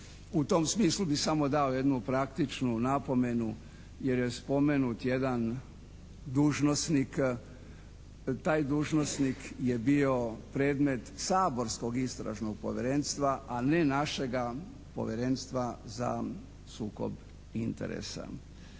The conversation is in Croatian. U tom smislu bi samo dao jednu praktičnu napomenu jer je spomenut jedan dužnosnik. Taj dužnosnik je bio predmet saborskog istražnog povjerenstva a ne našega Povjerenstva za sukob interesa,